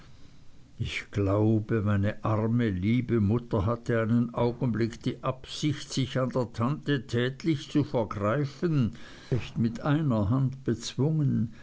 ich glaube meine arme liebe mutter hatte einen augenblick die absicht sich an der tante tätlich zu vergreifen diese hätte sie wohl leicht mit einer hand bezwungen